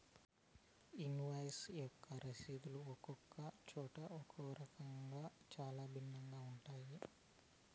invoice యొక్క రసీదులు ఒక్కొక్క చోట ఒక్కో రకంగా చాలా భిన్నంగా ఉంటాయి